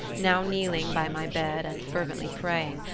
now kneeling by my bed and fervently praying,